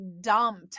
dumped